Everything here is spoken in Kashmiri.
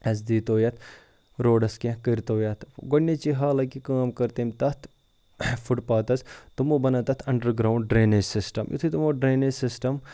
اَسہِ دیٖتو یَتھ روڈَس کیںٛہہ کٔرۍ تو یَتھ گۄڈنِچی حالانکہِ کٲم کٔر تٔمۍ تَتھ فُٹ پاتَس تٕمو بَنٲو تَتھ اَںڈَر گرٛاوُںٛڈ ڈرٛینیج سِسٹَم یُتھُے تِمو ڈرٛینیج سِسٹَم